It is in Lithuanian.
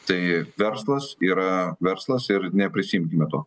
tai verslas yra verslas ir neprisiimkime to